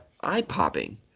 eye-popping